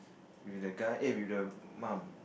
with the guy eh with the mum